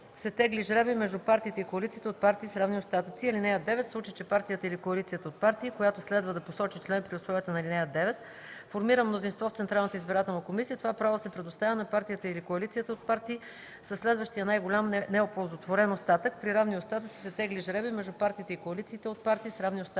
тегли жребий между партиите и коалициите от партии с равни остатъци. (9) В случай че партията или коалицията от партии, която следва да посочи член при условията на ал. 9, формира мнозинство в Централната избирателна комисия, това право се предоставя на партията или коалицията от партии със следващия най-голям неоползотворен остатък. При равни остатъци се тегли жребий между партиите и коалициите от партии с равни остатъци.